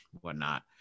whatnot